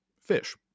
fish